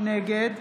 נגד